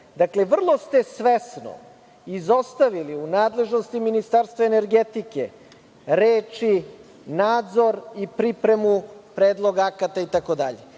zakon. Vrlo ste svesno izostavili u nadležnosti Ministarstva energetike reči - nadzor i pripremu predlog akata itd.